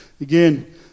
again